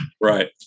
Right